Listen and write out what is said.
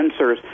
sensors